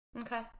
Okay